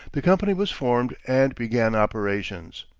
the company was formed, and began operations.